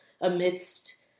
amidst